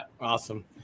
awesome